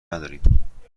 نداریم